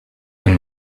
and